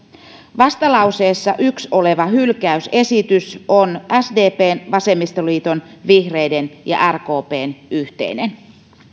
vastalauseessa yksi oleva hylkäysesitys on sdpn vasemmistoliiton vihreiden ja rkpn yhteinen